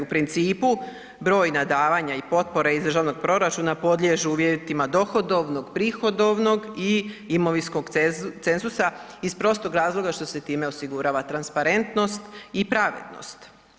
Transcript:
U principu brojna davanja i potpore iz državnog proračuna podliježu uvjetima dohodovnog, prihodovnog i imovinskog cenzusa iz prostog razloga što se time osigurava transparentnost i pravednost.